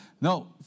No